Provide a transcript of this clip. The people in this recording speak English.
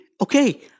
okay